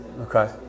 Okay